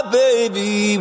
baby